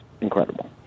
incredible